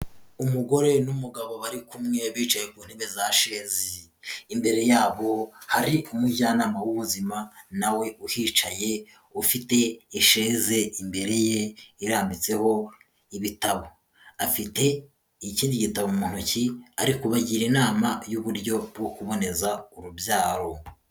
Umugore n'umugabo bari kumwe bicaye ku ntebe za shezi, imbere yabo hari umujyanama w'ubuzima nawe uhicaye ufite isheze imbere ye irambitseho ibitabo, afite ikindi gitabo mu ntoki ari kubagira inama y'uburyo bwo kuboneza urubyaro.